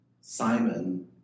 Simon